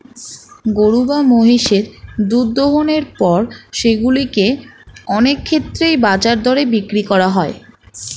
গরু বা মহিষের দুধ দোহনের পর সেগুলো কে অনেক ক্ষেত্রেই বাজার দরে বিক্রি করা হয়